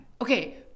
okay